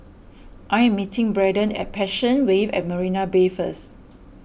I am meeting Braden at Passion Wave at Marina Bay first